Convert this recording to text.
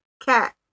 cat